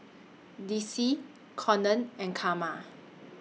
Dicy Konnor and Carma